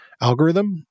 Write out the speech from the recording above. algorithm